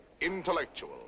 intellectual